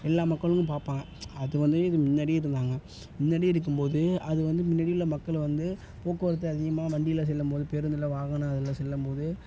எல்லா மக்களும் பார்ப்பாங்க அது வந்து இது முன்னாடியே இருந்தாங்க முன்னாடியே இருக்கும்போது அது வந்து முன்னாடியுள்ள மக்களை வந்து போக்குவரத்து அதிகமாக வண்டியில் செல்லும்போது பேருந்தில் வாகனம் அதில் செல்லும்போது